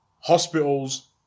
hospitals